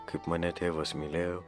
kaip mane tėvas mylėjo